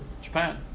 Japan